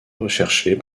recherchés